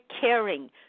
caring